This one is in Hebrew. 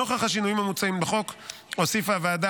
נוכח השינויים המוצעים בחוק הוסיפה הוועדה